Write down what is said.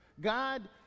God